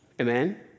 Amen